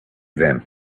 them